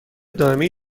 دائمی